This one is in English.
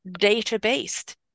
data-based